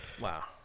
Wow